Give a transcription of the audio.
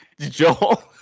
Joel